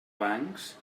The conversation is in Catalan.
bancs